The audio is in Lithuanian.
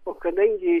o kadangi